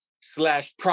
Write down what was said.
slash